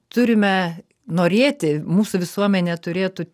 turime norėti mūsų visuomenė turėtų